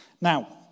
Now